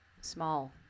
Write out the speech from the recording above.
small